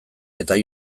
eta